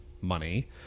money